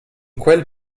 quel